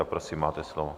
Prosím, máte slovo.